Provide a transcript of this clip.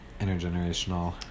intergenerational